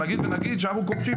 נגיד ונגיד שאנחנו כובשים,